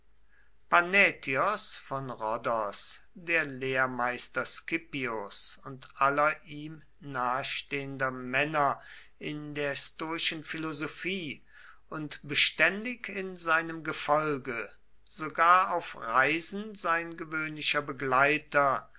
panätios von rhodos der lehrmeister scipios und aller ihm nahestehender männer in der stoischen philosophie und beständig in seinem gefolge sogar auf reisen sein gewöhnlicher begleiter